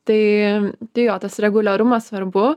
tai tai jo tas reguliarumas svarbu